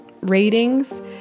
ratings